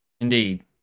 Indeed